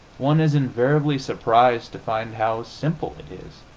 one is invariably surprised to find how simple it is.